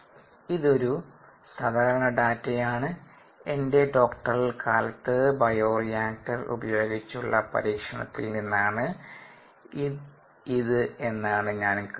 ഇത് ഒരു സാധാരണ ഡാറ്റ യാണ് എന്റെ ഡോക്ടറൽ കാലത്ത് ബയോറിയാക്ടർ ഉപയോഗിച്ചുള്ള പരീക്ഷണത്തിൽ നിന്നാണ് ഇത് എന്നാണ് ഞാൻ കരുതുന്നത്